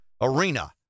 Arena